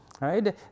right